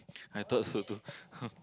I thought so too